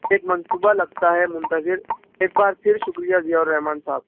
ایک منصوبہ لگتا ہے منتظر ایک بار پھر شکریہ ضیاءالرحمان صاحب